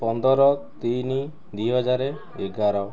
ପନ୍ଦର ତିନି ଦୁଇ ହଜାର ଏଗାର